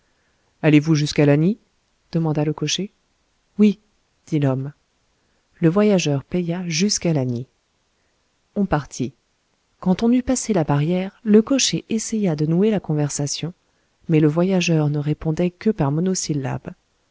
allez-vous jusqu'à lagny demanda le cocher oui dit l'homme le voyageur paya jusqu'à lagny on partit quand on eut passé la barrière le cocher essaya de nouer la conversation mais le voyageur ne répondait que par monosyllabes